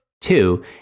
Two